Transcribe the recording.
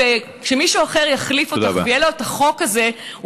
וכשמישהו אחר יחליף אותך ויהיה לו החוק הזה,